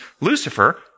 Lucifer